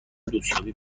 دوستیابی